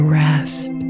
rest